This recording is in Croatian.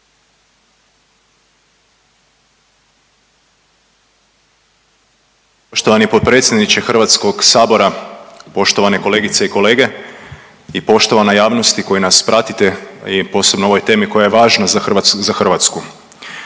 Poštovani potpredsjedniče HS-a, poštovane kolegice i kolege i poštovana javnosti koja nas pratite i posebno o ovoj temi koja je važna za Hrvatsku.